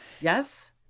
Yes